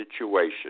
situation